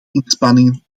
inspanningen